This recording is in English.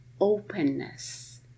openness